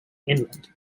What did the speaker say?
inland